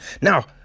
now